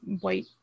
white